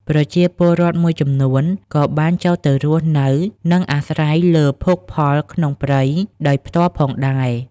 ប្រជាពលរដ្ឋមួយចំនួនក៏បានចូលទៅរស់នៅ និងអាស្រ័យលើភោគផលក្នុងព្រៃដោយផ្ទាល់ផងដែរ។